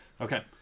Okay